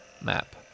map